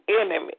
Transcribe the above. enemy